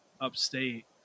upstate